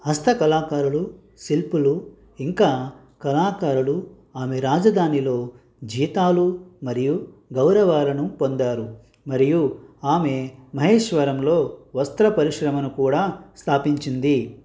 హస్త కళాకారులు శిల్పులు ఇంకా కళాకారులు ఆమె రాజధానిలో జీతాలు మరియు గౌరవాలను పొందారు మరియు ఆమె మహేశ్వరంలో వస్త్ర పరిశ్రమను కూడా స్థాపించింది